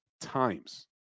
times